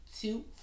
Two